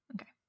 Okay